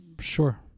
Sure